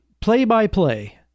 play-by-play